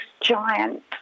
giant